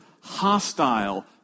hostile